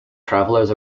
travellers